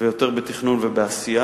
ויותר בתכנון ובעשייה.